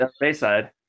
Bayside